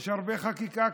יש הרבה חקיקה,